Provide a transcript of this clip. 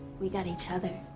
we got each other.